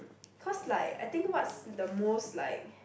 cause like I think what's the most like